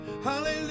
Hallelujah